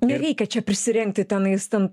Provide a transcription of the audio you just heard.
nereikia čia prisirengti tenais ten